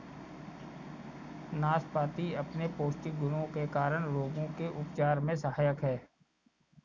नाशपाती अपने पौष्टिक गुणों के कारण रोगों के उपचार में सहायक है